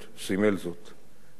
מהילדות בירושלים,